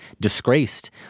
disgraced